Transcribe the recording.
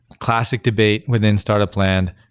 classic debate within startup land.